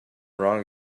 wrong